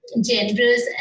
generous